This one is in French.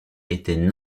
étaient